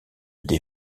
des